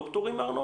לא.